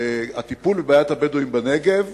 הטיפול בבעיית הבדואים בנגב,